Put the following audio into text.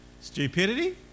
Stupidity